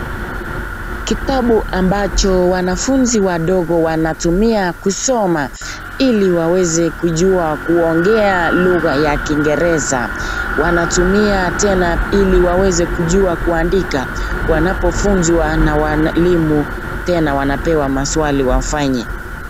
Kitabu ambacho wanafunzi wadogo wanatumia kusoma ili waweze kujua kuongea lugha ya kingereza na tena ili wajue kuandika wanapofunzwa na walimu tena wanapewa maswali wafanye.